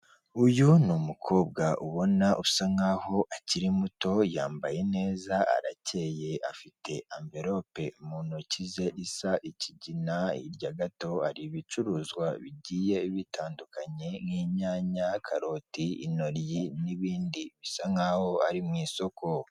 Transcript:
Uyu ni umukobwa ubona usa nkaho akiri muto yambaye neza arakeye afite anvelope mu ntoki ze isa ikigina, hirya gato hari ibicuruzwa bigiye bitandukanye nk'inyanya, karoti, intoryi n'ibindi bisa nkaho ari mu isoko.